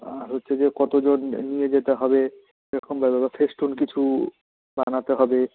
আর হচ্ছে যে কতজন নিয়ে যেতে হবে সেরকম বা ফেস্টুন কিছু বানাতে হবে